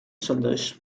sundays